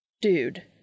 Dude